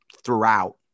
throughout